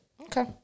Okay